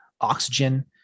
oxygen